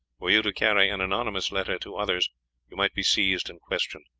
were you to carry an anonymous letter to others you might be seized and questioned.